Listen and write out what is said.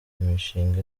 imishinga